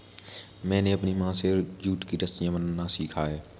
मैंने अपनी माँ से जूट की रस्सियाँ बुनना सीखा